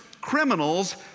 criminals